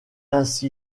ainsi